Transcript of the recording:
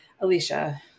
alicia